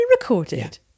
recorded